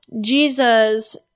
Jesus